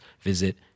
visit